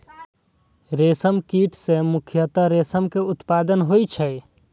रेशम कीट सं मुख्यतः रेशम के उत्पादन होइ छै